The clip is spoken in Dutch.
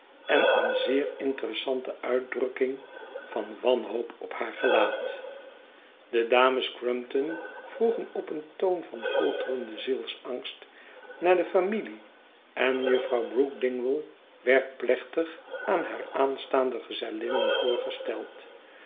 en een zeer interessante uitdrukking van wanhoop op haar gelaat de dames crumpton vroegen op een toon van folterenden zielsangst naar de familie en juffrouw brook dingwall werd plechtig aan haar aanstaande gezellinnen voorgesteld